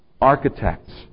Architects